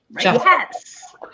Yes